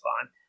fine